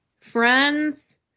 friends